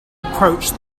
approach